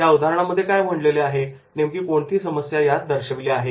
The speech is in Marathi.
त्या उदाहरणामध्ये काय मांडलेले आहे आणि नेमकी कोणती समस्या त्यात दर्शविली आहे